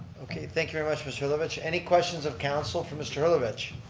okay, thank you very much mr. herlevitz. any questions of council for mr. herlevitz?